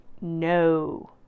no